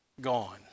Gone